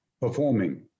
performing